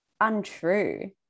untrue